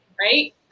right